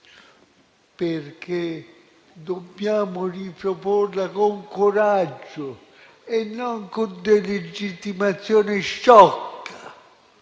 perché dobbiamo riproporre con coraggio e non con delegittimazione sciocca